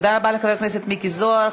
תודה רבה לחבר הכנסת מיקי זוהר.